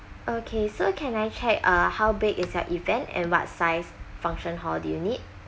okay so can I check uh how big is the event and what size function hall do you need